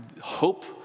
Hope